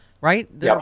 right